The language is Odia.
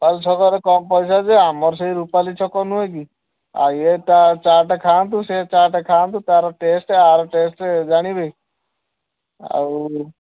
ରୁପାଲି ଛକରେ କମ ପଇସା ଯେ ଆମର ସେହି ରୁପାଲି ଛକ ନୁହେଁ କି ଏ ଚା ଚାଟ୍ ଖାଆନ୍ତୁ ସେ ଚାଟ୍ ଖାଆନ୍ତୁ ତା'ର ଟେଷ୍ଟ୍ ଆର ଟେଷ୍ଟ୍ ଜାଣିବେ ଆଉ